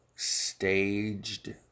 staged